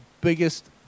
biggest